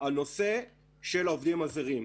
הוא הנושא של העובדים הזרים.